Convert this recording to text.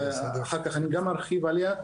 אחר כך אני גם ארחיב עליה,